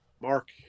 Mark